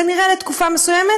כנראה לתקופה מסוימת,